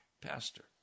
Pastor